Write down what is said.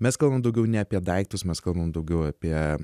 mes kalbam daugiau ne apie daiktus mes kalbam daugiau apie